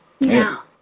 Now